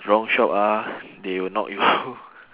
wrong shop ah they will knock you